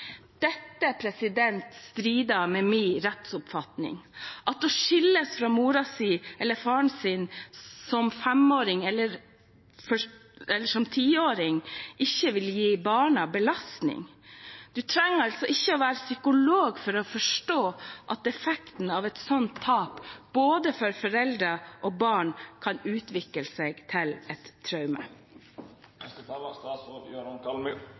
rettsoppfatning – at å skilles fra moren eller faren sin som femåring eller som tiåring ikke vil gi barna belastning. Man trenger ikke å være psykolog for å forstå at effekten av et sånt tap både for foreldre og barn kan utvikle seg til et traume. Det er